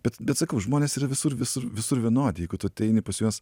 bet bet sakau žmonės yra visur visur visur vienodi jeigu tu ateini pas juos